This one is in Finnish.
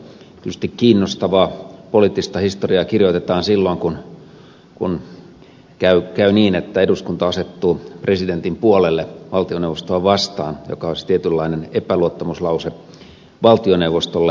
tietysti kiinnostavaa poliittista historiaa kirjoitetaan silloin kun käy niin että eduskunta asettuu presidentin puolelle valtioneuvostoa vastaan mikä olisi tietynlainen epäluottamuslause valtioneuvostolle